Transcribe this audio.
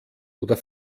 oder